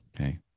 Okay